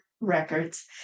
records